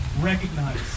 recognize